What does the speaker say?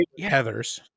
Heathers